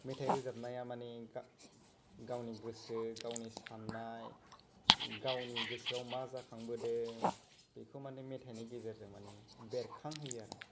मेथाइ रोजाबनाया माने गावनि गोसो गावनि साननाय गावनि गोसोआव मा जाखांबोदों बेखौ मानि मेथाइनि गेजेरजों माने बेरखांहोयो आरो